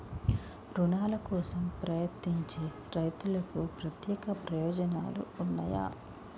రుణాల కోసం ప్రయత్నించే రైతులకు ప్రత్యేక ప్రయోజనాలు ఉన్నయా?